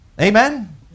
Amen